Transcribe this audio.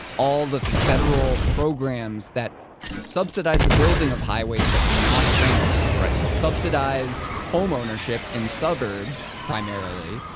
all the federal programs that subsidized the building of highways, but not transit. right. subsidized home ownership, in suburbs primarily.